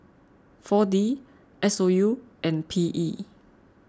four D S O U and P E